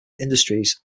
industries